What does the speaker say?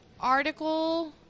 article